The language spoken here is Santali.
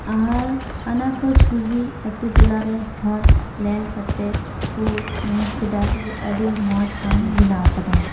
ᱟᱨ ᱟᱱᱟ ᱠᱚ ᱪᱷᱚᱵᱤ ᱟᱛᱳ ᱴᱚᱞᱟ ᱨᱮ ᱦᱚᱲ ᱧᱮᱞ ᱠᱟᱛᱮ ᱠᱚ ᱢᱮᱱ ᱠᱮᱫᱟ ᱡᱮ ᱟᱹᱰᱤ ᱢᱚᱡᱽ ᱟᱢ ᱵᱮᱱᱟᱣ ᱟᱠᱟᱫᱟᱢ